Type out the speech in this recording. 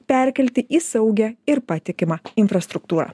perkelti į saugią ir patikimą infrastruktūrą